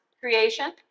creation